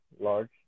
large